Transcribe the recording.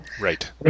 Right